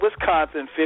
Wisconsin